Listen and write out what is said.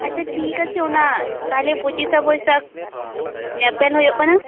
ᱟᱪᱪᱷᱟ ᱴᱷᱤᱠ ᱟᱪᱷᱮ ᱚᱱᱟ ᱛᱟᱦᱚᱞᱮ ᱯᱚᱪᱤᱥᱟ ᱵᱚᱭᱥᱟᱠᱷ ᱧᱮᱯᱮᱞ ᱦᱳᱭᱳᱜ ᱠᱟᱱᱟ